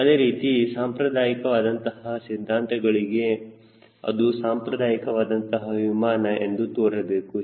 ಅದೇ ರೀತಿ ಸಾಂಪ್ರದಾಯಿಕವಾದಂತಹ ಸಿದ್ಧಾಂತಗಳಿಗೆ ಅದು ಸಾಂಪ್ರದಾಯಿಕವಾದಂತಹ ವಿಮಾನ ಎಂದು ತೋರಬೇಕು